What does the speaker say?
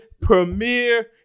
premiere